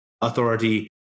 Authority